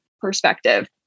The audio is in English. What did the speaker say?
perspective